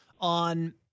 on